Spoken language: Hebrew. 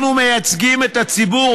אנחנו מייצגים את הציבור,